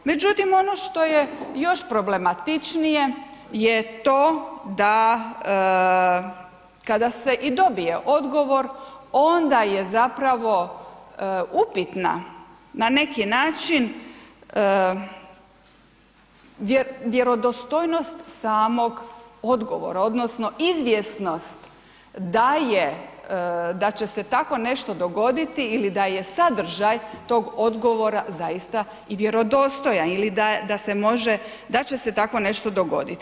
Međutim, ono što je još problematičnije je to da kada se i dobije odgovor onda je zapravo upitna na neki način vjerodostojnost samog odgovora odnosno izvjesnost da je, da će se tako nešto dogoditi ili da je sadržaj tog odgovora zaista i vjerodostojan ili da se može, da će takvo nešto dogodit.